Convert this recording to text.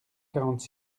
quarante